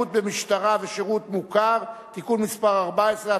(שירות במשטרה ושירות מוכר) (תיקון מס' 14),